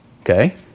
okay